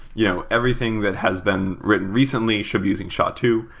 you know everything that has been written recently should be using sha two.